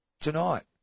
tonight